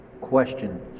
Question